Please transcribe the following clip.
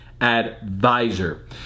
advisor